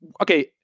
okay